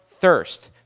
thirst